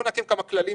בואו נעקם כמה כללים,